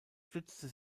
stützte